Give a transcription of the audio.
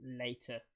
later